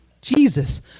Jesus